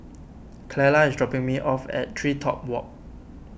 Clella is dropping me off at TreeTop Walk